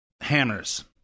hammers